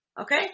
Okay